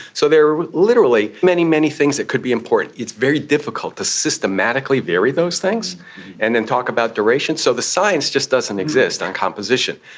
so there are literally many, many things that could be important. it's very difficult to systematically vary those things and then talk about duration. so the science just doesn't exist on composition,